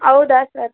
ಹೌದಾ ಸರ್